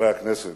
חברי הכנסת,